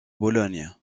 bologne